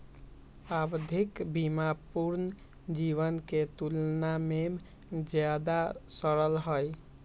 आवधिक बीमा पूर्ण जीवन के तुलना में ज्यादा सरल हई